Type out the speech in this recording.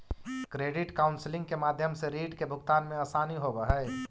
credit counselling के माध्यम से रीड के भुगतान में असानी होवऽ हई